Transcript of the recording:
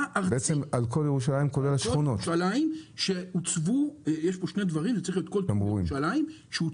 ארצית על כל ירושלים שהוצבו בה תמרורים.